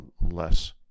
less